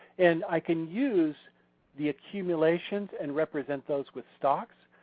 and i can use the accumulations and represent those with stocks.